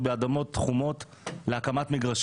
על מנת להקדים